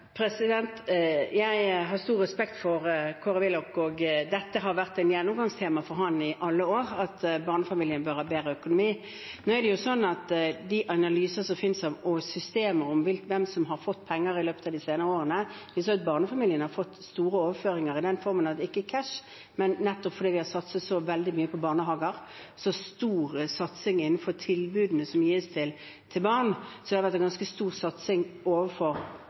Jeg har stor respekt for Kåre Willoch, og det har vært et gjennomgangstema for ham i alle år at barnefamiliene bør ha bedre økonomi. Men de analysene som finnes av systemer og hvem som har fått penger i løpet av de senere årene, viser at barnefamiliene har fått store overføringer – ikke i form av cash, men nettopp fordi vi har satset så veldig mye på barnehager, hatt så stor satsing innenfor tilbudene som gis til barn. Det har vært en ganske stor satsing overfor